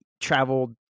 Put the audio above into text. traveled